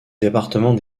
département